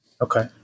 Okay